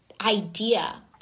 idea